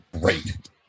great